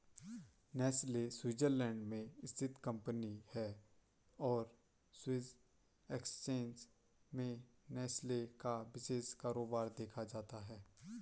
Nestle Switzerland में स्थित company है और स्विस एक्सचेंज में नेस्ले का विशेष कारोबार देखा जाता है